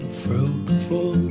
fruitful